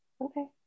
Okay